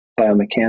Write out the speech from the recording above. biomechanics